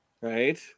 right